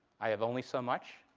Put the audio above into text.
i have only so much,